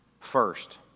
First